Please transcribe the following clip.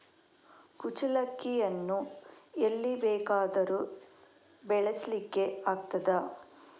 ಕುಚ್ಚಲಕ್ಕಿಯನ್ನು ಎಲ್ಲಿ ಬೇಕಾದರೂ ಬೆಳೆಸ್ಲಿಕ್ಕೆ ಆಗ್ತದ?